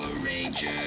Rangers